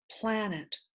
planet